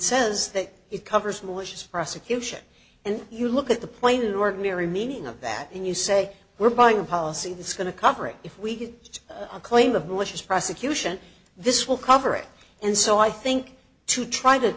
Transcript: says that it covers malicious prosecution and you look at the plain ordinary meaning of that and you say we're buying a policy that's going to cover it if we get a claim of religious prosecution this will cover it and so i think to try to